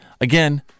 Again